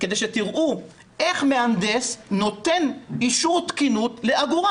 כדי שתראו איך מהנדס נותן אישור תקינות לעגורן.